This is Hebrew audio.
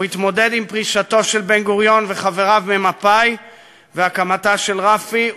הוא התמודד עם הפרישה של בן-גוריון וחבריו ממפא"י והקמתה של רפ"י,